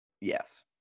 Yes